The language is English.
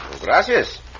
Gracias